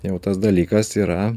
jau tas dalykas yra